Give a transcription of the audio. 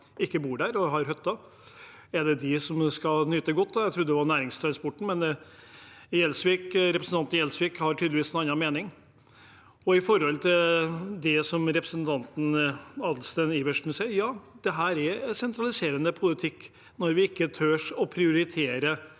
ikke bor der, og som har hytter. Er det dem som skal nyte godt av det? Jeg trodde det var næringstransporten. Representanten Gjelsvik har tydeligvis en annen mening. Når det gjelder det representanten Adelsten Iversen sier: Ja, dette er sentraliserende politikk, når vi ikke tør å prioritere